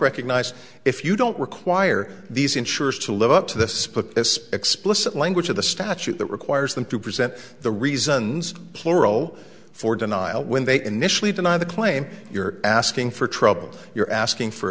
recognize if you don't require these insurers to live up to this book this explicit language of the statute that requires them to present the reasons plural for denial when they initially deny the claim you're asking for trouble you're asking for